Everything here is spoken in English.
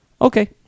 okay